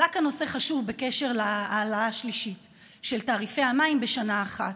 עלה כאן נושא חשוב בקשר להעלאה שלישית של תעריפי המים בשנה אחת.